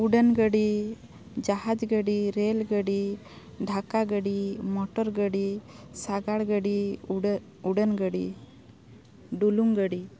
ᱩᱰᱟᱹᱱ ᱜᱟᱹᱰᱤ ᱡᱟᱦᱟᱡᱽ ᱜᱟᱹᱰᱤ ᱨᱮᱹᱞ ᱜᱟᱹᱰᱤ ᱰᱷᱟᱠᱟ ᱜᱟᱹᱰᱤ ᱢᱚᱴᱚᱨ ᱜᱟᱹᱰᱤ ᱥᱟᱜᱟᱲ ᱜᱟᱹᱰᱤ ᱩᱰᱟᱹᱱ ᱜᱟᱹᱰᱤ ᱰᱩᱞᱩᱝ ᱜᱟᱹᱰᱤ